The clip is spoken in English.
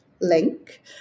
link